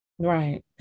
Right